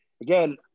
again